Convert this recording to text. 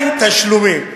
200 תשלומים.